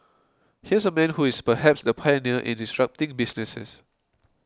here's a man who is perhaps the pioneer in disrupting businesses